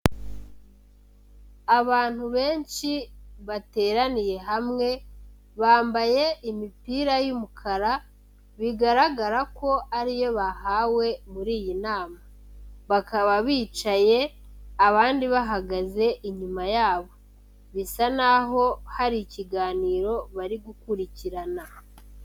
Abantu benshi bateraniye hamwe, bambaye imipira y'umukara, bigaragara ko ari iyo bahawe muri iyi nama, bakaba bicaye abandi bahagaze inyuma yabo, bisa naho hari ikiganiro bari gukurikirana.